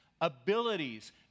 abilities